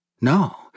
No